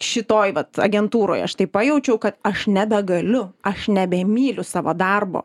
šitoj vat agentūroj aš tai pajaučiau kad aš nebegaliu aš nebemyliu savo darbo